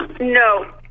No